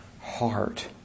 heart